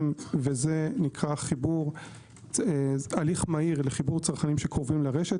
וזה נקרא הליך מהיר לחיבור צרכנים שקרובים לרשת.